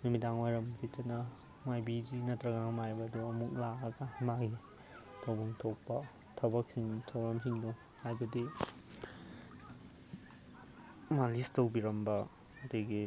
ꯅꯨꯃꯤꯗꯥꯡꯋꯥꯏꯔꯝꯒꯤꯗꯅ ꯃꯥꯏꯕꯤꯒꯤ ꯅꯠꯇ꯭ꯔꯒꯅ ꯃꯥꯏꯕꯗꯣ ꯑꯃꯨꯛ ꯂꯥꯛꯑꯒ ꯃꯥꯒꯤ ꯇꯧꯕꯝ ꯊꯣꯛꯄ ꯊꯕꯛꯁꯤꯡ ꯊꯧꯔꯝꯁꯤꯡꯗꯨ ꯍꯥꯏꯕꯗꯤ ꯃꯥꯂꯤꯁ ꯇꯧꯕꯤꯔꯝꯕ ꯑꯗꯒꯤ